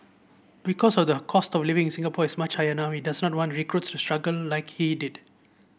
because of the cost of living in Singapore is much higher now we does not want recruits struggle like he did